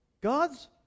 God's